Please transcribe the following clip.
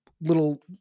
little